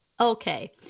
Okay